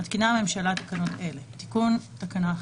מתקינה הממשלה תקנות אלה: תיקון תקנה 1: